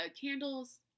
candles